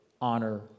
honor